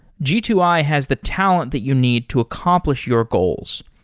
g two i has the talent that you need to accomplish your goals.